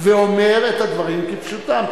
ואומר את הדברים כפשוטם.